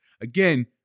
Again